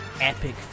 epic